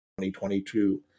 2022